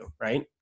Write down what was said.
right